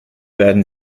werden